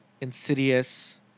Insidious